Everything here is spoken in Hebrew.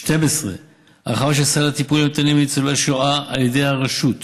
12. הרחבה של סל הטיפולים הניתנים לניצולי שואה על ידי הרשות,